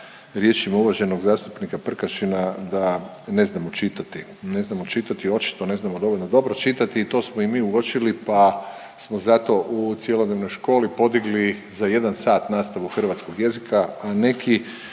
riječima uvaženog zastupnika Prkačina da ne znamo čitati. Ne znamo čitati očito ne znamo dovoljno dobro čitati i to smo i mi uočili pa smo zato u cjelodnevnoj školi podigli za jedan sat nastavu hrvatskog jezika, a neki